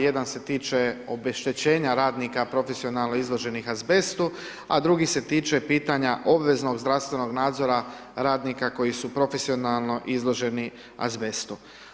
Jedan se tiče obeštećenja radnika profesionalno izloženih azbestu, a drugi se tiče pitanja obveznog zdravstvenog nadzora radnika koji su profesionalno izloženi azbestu.